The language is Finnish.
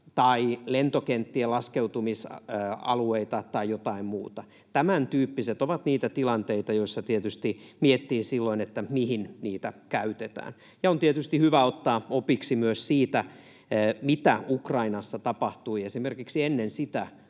tai lentokenttien laskeutumisalueita tai jotain muuta. Tämäntyyppiset ovat niitä tilanteita, joissa tietysti miettii, mihin niitä käytetään. Ja on tietysti hyvä ottaa opiksi myös siitä, mitä Ukrainassa tapahtui esimerkiksi ennen sitä,